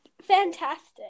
fantastic